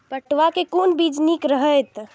पटुआ के कोन बीज निक रहैत?